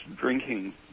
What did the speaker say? drinking